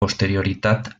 posterioritat